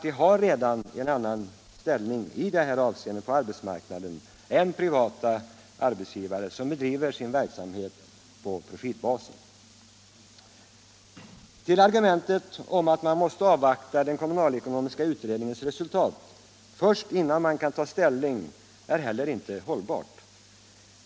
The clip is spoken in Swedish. De har redan en annan ställning i detta avseende på arbetsmarknaden än privata arbetsgivare som bedriver sin verksamhet på profitbas. Argumentet om att man måste avvakta den kommunalekonomiska utredningens resultat, innan man kan ta ställning, är heller inte hållbart.